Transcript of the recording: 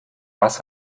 was